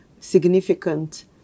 significant